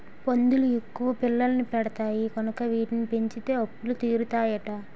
పందులు ఎక్కువ పిల్లల్ని పెడతాయి కనుక వీటిని పెంచితే అప్పులు తీరుతాయట